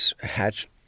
hatched